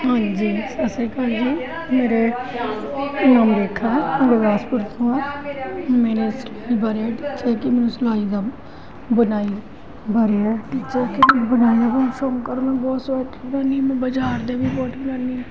ਹਾਂਜੀ ਸਤਿ ਸ਼੍ਰੀ ਅਕਾਲ ਜੀ ਮੇਰੇ ਨਾਮ ਰੇਖਾ ਗੁਰਦਾਸਪੁਰ ਤੋਂ ਹਾਂ ਮੇਰੇ ਸਟੀਕੀ ਬਾਰੇ ਜਿਸ ਤਰ੍ਹਾਂ ਕਿ ਮੈਨੂੰ ਸਲਾਈ ਮੈਨੂੰ ਬੁਣਾਈ ਦਾ ਬਹੁਤ ਸ਼ੌਂਕ ਔਰ ਮੈਨੂੰ ਬਹੁਤ ਸਵੈਟਰ ਬਣਾਉਂਦੀ ਮੈਂ ਬਾਜ਼ਾਰ ਦੇ ਵੀ ਬਹੁਤ ਬਣਾਉਂਦੀ ਹਾਂ